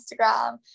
Instagram